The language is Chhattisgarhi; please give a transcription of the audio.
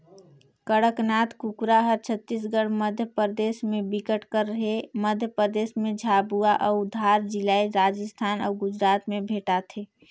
कड़कनाथ कुकरा हर छत्तीसगढ़, मध्यपरदेस में बिकट कर हे, मध्य परदेस में झाबुआ अउ धार जिलाए राजस्थान अउ गुजरात में भेंटाथे